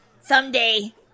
someday